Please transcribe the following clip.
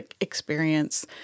experience